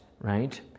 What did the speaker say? right